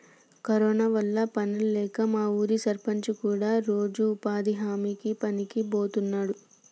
corona వల్ల పనుల్లేక మా ఊరి సర్పంచ్ కూడా రోజూ ఉపాధి హామీ పనికి బోతన్నాడు